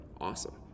awesome